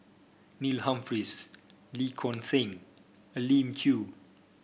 Neil Humphreys Lee Choon Seng Elim Chew